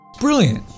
Brilliant